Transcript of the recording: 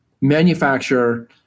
manufacture